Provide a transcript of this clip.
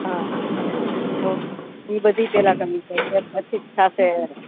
હા હ એ બધી પહેલાં જ કરવી પડશે પછી જ થશે